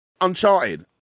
uncharted